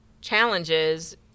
challenges